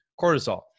cortisol